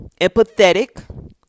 empathetic